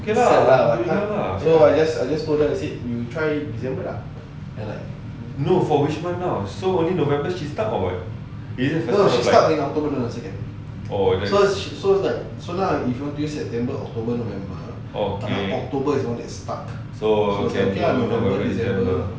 okay lah can lah no for which month now so meaning november she stuck or what oh then okay oh oh can november december